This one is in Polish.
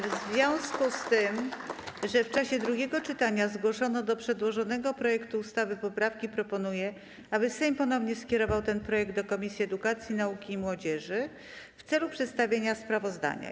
W związku z tym, że w czasie drugiego czytania zgłoszono do przedłożonego projektu ustawy poprawki, proponuję, aby Sejm ponownie skierował ten projekt do Komisji Edukacji, Nauki i Młodzieży w celu przedstawienia sprawozdania.